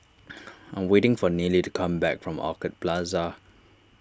I am waiting for Neely to come back from Orchid Plaza